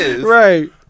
Right